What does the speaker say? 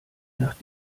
nach